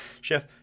Chef